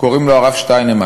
קוראים לו הרב שטיינמן.